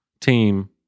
team